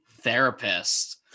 therapist